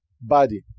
body